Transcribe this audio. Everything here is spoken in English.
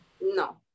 No